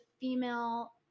female